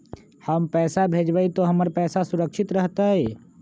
हम पैसा भेजबई तो हमर पैसा सुरक्षित रहतई?